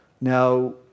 Now